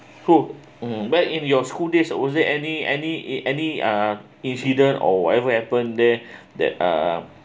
hoo mm back in your school days was it any any any uh incident or whatever happened there that uh